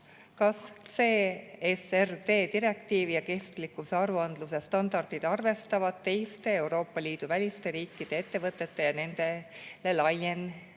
Kas CSRD direktiivi ja kestlikkuse aruandluse standardid arvestavad teiste, Euroopa Liidu väliste riikide ettevõtetega ja nendele laienevate